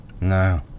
No